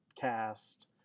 cast